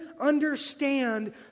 understand